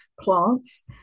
plants